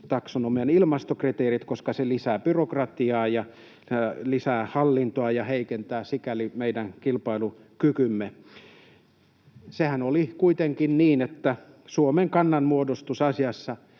taksonomian ilmastokriteerit, koska se lisää byrokratiaa ja lisää hallintoa ja heikentää sikäli meidän kilpailukykyämme. Sehän oli kuitenkin niin, että Suomen kannanmuodostus asiassa